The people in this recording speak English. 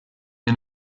inn